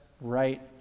right